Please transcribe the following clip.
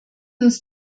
uns